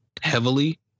heavily